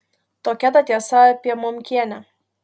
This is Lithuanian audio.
tokia ta tiesa apie momkienę